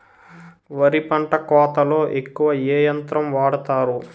వరి పంట కోతలొ ఎక్కువ ఏ యంత్రం వాడతారు?